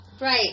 Right